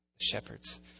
shepherds